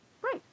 Right